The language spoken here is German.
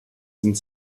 sind